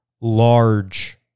large